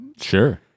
Sure